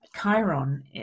chiron